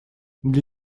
для